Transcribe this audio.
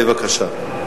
בבקשה.